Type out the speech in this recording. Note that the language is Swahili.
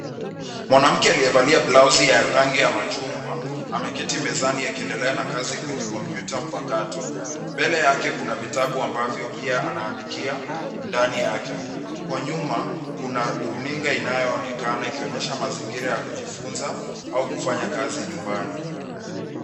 Mwanamke aliyevalia blausi ya rangi ya machungwa ameketi mezani akiendelea na kazi kwenye kompyuta mpakato. Mbele yake kuna vitabu ambavyo pia anaandikia ndani yake. Kwa nyuma nyuma runinga inayoonekana ikionyesha mazingira ya kujifunza au kufanya kazi nyumbani.